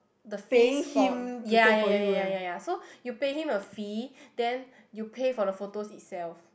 the fees for ya ya ya ya ya ya so you pay him a fee then you pay for the photos itself